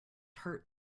hurt